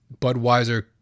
Budweiser